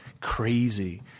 crazy